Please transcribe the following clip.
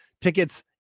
tickets